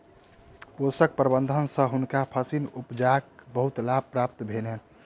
पोषक प्रबंधन सँ हुनका फसील उपजाक बहुत लाभ प्राप्त भेलैन